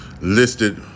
listed